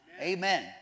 Amen